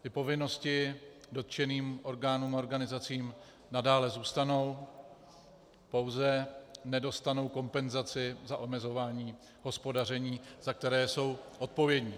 Ty povinnosti dotčeným orgánům a organizacím nadále zůstanou, pouze nedostanou kompenzaci za omezování hospodaření, za které jsou odpovědné.